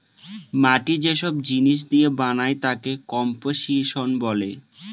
মাটি যে সব জিনিস দিয়ে বানায় তাকে কম্পোসিশন বলে